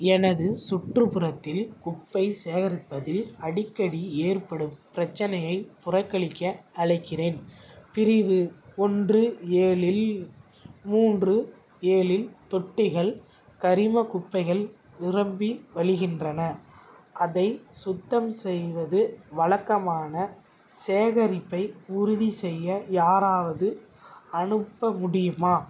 எனது சுற்றுப்புறத்தில் குப்பை சேகரிப்பதில் அடிக்கடி ஏற்படும் பிரச்சினையைப் புகாரக்களிக்க அழைக்கிறேன் பிரிவு ஒன்று ஏழில் மூன்று ஏழு தொட்டிகள் கரிம குப்பைகள் நிரம்பி வழிகின்றன அதை சுத்தம் செய்வது வழக்கமான சேகரிப்பை உறுதிசெய்ய யாராவது அனுப்ப முடியுமா